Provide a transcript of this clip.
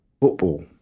football